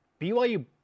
BYU